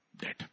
dead